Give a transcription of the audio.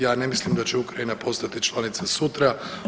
Ja ne mislim da će Ukrajina postati članica sutra.